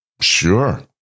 sure